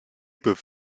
peut